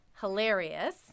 hilarious